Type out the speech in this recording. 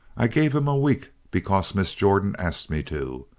i gave him a week because miss jordan asked me to.